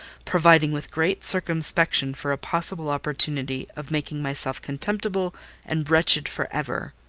providing with great circumspection for a possible opportunity of making myself contemptible and wretched for ever.